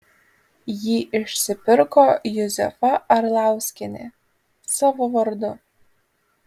jį išsipirko juzefa arlauskienė savo vardu